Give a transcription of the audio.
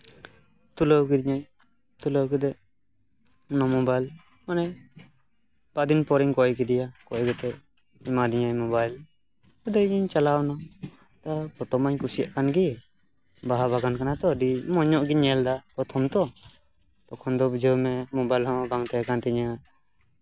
ᱛᱩᱞᱟᱹᱣ ᱠᱤᱫᱤᱧᱟᱭ ᱛᱩᱞᱟᱹᱣ ᱠᱟᱛᱮᱫ ᱚᱱᱟ ᱢᱳᱵᱟᱭᱤᱞ ᱢᱟᱱᱮ ᱵᱟᱨ ᱫᱤᱱ ᱯᱚᱨᱮᱧ ᱠᱚᱭ ᱠᱮᱫᱮᱭᱟ ᱠᱚᱭ ᱠᱟᱛᱮᱫ ᱮᱢᱟ ᱫᱤᱧᱟᱭ ᱢᱳᱵᱟᱭᱤᱞ ᱟᱫᱚ ᱤᱧᱤᱧ ᱪᱟᱞᱟᱣᱱᱟ ᱯᱷᱳᱴᱳ ᱢᱟᱧ ᱠᱩᱥᱤᱭᱟᱜ ᱠᱟᱱ ᱜᱮ ᱵᱟᱦᱟ ᱵᱟᱜᱟᱱ ᱠᱟᱱᱟ ᱛᱚ ᱟᱹᱰᱤ ᱢᱚᱸᱡ ᱧᱚᱸᱜ ᱜᱤᱧ ᱧᱮᱞᱫᱟ ᱯᱨᱚᱛᱷᱚᱢ ᱛᱚ ᱛᱚᱠᱷᱚᱱ ᱫᱚ ᱵᱩᱡᱷᱟᱹᱣ ᱢᱮ ᱢᱳᱵᱟᱭᱤᱞ ᱦᱚᱸ ᱵᱟᱝ ᱛᱟᱦᱮᱸ ᱠᱟᱱ ᱛᱤᱧᱟᱹ